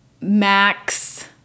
Max